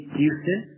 Houston